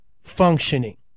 functioning